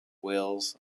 wales